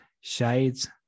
shades